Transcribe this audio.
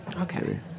Okay